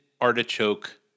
artichoke